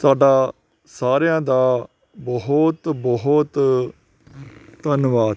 ਤੁਹਾਡਾ ਸਾਰਿਆਂ ਦਾ ਬਹੁਤ ਬਹੁਤ ਧੰਨਵਾਦ